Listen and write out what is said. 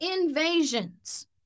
invasions